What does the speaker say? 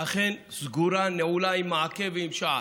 אכן סגורה, נעולה, עם מעקה ועם שער.